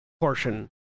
portion